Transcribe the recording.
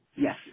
Yes